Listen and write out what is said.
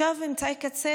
אמצעי קצה,